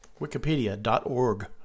wikipedia.org